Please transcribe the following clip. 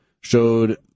showed